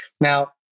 Now